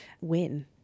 win